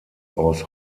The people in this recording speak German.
aus